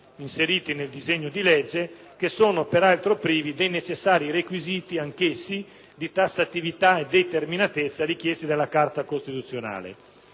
inseriti nel disegno di legge, che sono peraltro privi dei necessari requisiti anch'essi di tassatività e determinatezza richiesti dalla Carta costituzionale.